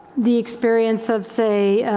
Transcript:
the experience of say,